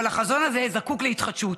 אבל החזון הזה זקוק להתחדשות.